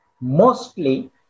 mostly